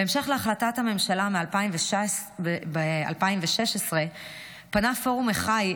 בהמשך להחלטת הממשלה מ-2016 פנה פורום אחיי,